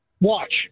Watch